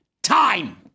Time